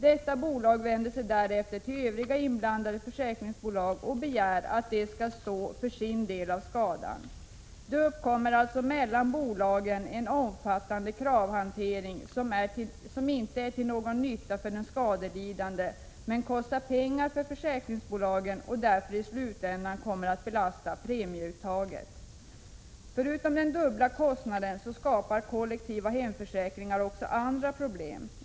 Detta bolag vänder sig därefter till övriga inblandade försäkringsbolag och begär att de skall stå för sin del av skadan. Mellan bolagen uppkommer det alltså en omfattande kravhantering som inte är till någon nytta för den skadelidande men som kostar pengar för försäkringsbolagen och därför i slutänden kommer att belasta premieuttaget. Förutom den dubbla kostnaden skapar kollektiva hemförsäkringar också andra problem.